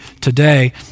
today